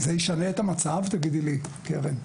זה ישנה את המצב, תגידי לי, קרן?